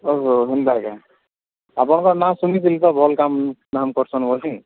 ଓହୋ ହନ୍ତାକେ ଆପଣଙ୍କର ନାଁ ଶୁଣିଥିଲି ତ ଭଲ୍ କାମ ଦାମ କରସନ୍ ବୋଲି